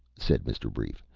said mr. brief.